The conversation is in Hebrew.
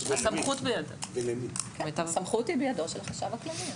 הסמכות היא בידו של החשב הכללי.